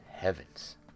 Heavens